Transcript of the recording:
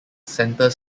center